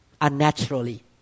unnaturally